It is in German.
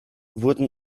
wurden